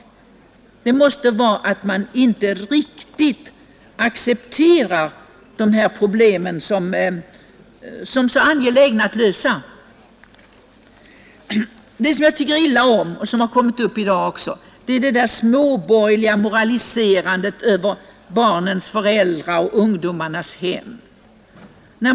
Orsaken måste väl vara att man inte riktigt har accepterat problemen såsom angelägna att lösa. Någonting annat som jag tycker illa om och som har förekommit i dag är det småborgerliga moraliserandet över barnens föräldrar och ungdomarnas hem.